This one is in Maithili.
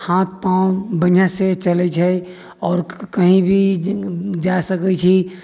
हाथ पाँव बढ़िऑं से चलै छै आओर कही भी जा सकै छी